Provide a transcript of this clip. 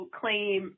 claim